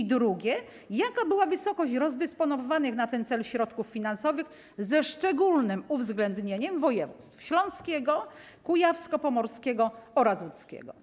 I drugie: Jaka była wysokość rozdysponowywanych na ten cel środków finansowych, ze szczególnym uwzględnieniem województw śląskiego, kujawsko-pomorskiego oraz łódzkiego?